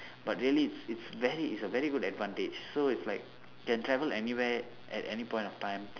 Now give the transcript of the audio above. but really it's it's very it's a very good advantage so it's like can travel anywhere at any point of time